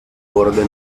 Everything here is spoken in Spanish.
borde